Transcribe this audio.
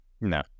No